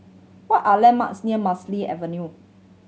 what are landmarks near Avenue